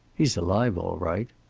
he's alive all right.